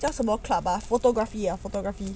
叫什么 clubs lah photography ah photography